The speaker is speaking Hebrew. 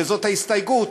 וזאת ההסתייגות,